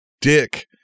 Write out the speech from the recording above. dick